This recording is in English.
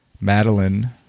Madeline